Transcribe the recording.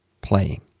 playing